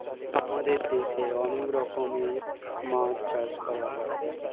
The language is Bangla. আমাদের দেশে অনেক রকমের মাছ চাষ করা হয়